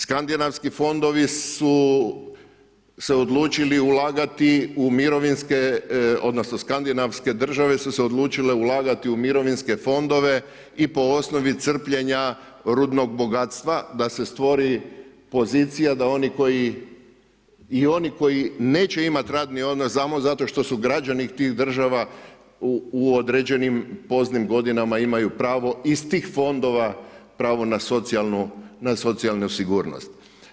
Skandinavski fondovi su se odlučili ulagati u mirovinske odnosno Skandinavske države su se odlučile ulagati u mirovinske fondove i po osnovi crpljenja rudnog bogatstva da se stvori pozicija da oni koji i oni koji neće imati radni odnos samo zato što su građani tih država u određenim poznim godinama imaju pravo iz tih fondova pravo na socijalnu sigurnost.